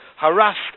Harassed